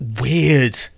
weird